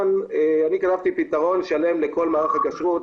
כתבתי פתרון שלם לכל מערך הכשרות,